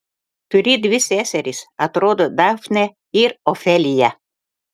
tu turi dvi seseris atrodo dafnę ir ofeliją